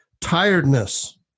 Tiredness